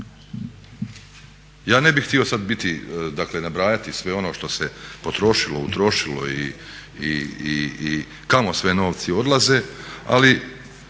Ja ne bih htio sad biti, dakle nabrajati sve ono što se potrošilo, utrošilo i kamo sve novci odlaze. Ali